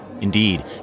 Indeed